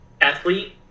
athlete